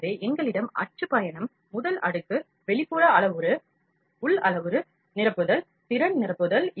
எனவே எங்களிடம் அச்சு பயணம் முதல் அடுக்கு வெளிப்புற அளவுருஉள் அளவுரு நிரப்புதல் திறன் நிரப்புதல்